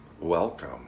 welcome